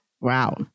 Wow